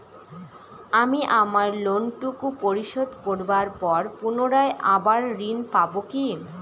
আমি আমার লোন টুকু পরিশোধ করবার পর পুনরায় আবার ঋণ পাবো কি?